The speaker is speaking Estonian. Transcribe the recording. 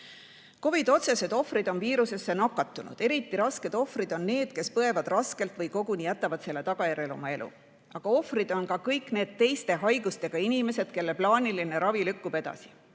otsesed ohvrid on viirusesse nakatunud. Eriti suured ohvrid on need, kes põevad raskelt või koguni jätavad selle tagajärjel oma elu. Aga ohvrid on ka kõik need teiste haigustega inimesed, kelle plaaniline ravi lükkub edasi.